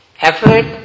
Effort